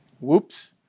Whoops